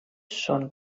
són